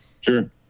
Sure